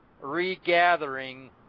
regathering